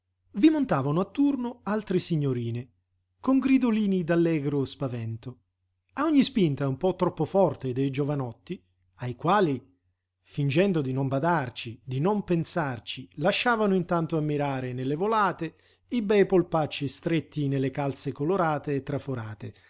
vi montavano a turno altre signorine con gridolini d'allegro spavento a ogni spinta un po troppo forte dei giovanotti ai quali fingendo di non badarci di non pensarci lasciavano intanto ammirare nelle volate i bei polpacci stretti nelle calze colorate e traforate